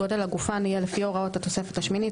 גודל הגופן יהיה לפי הוראות התוספת השמינית,